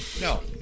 no